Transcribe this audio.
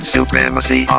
Supremacy